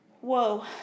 Whoa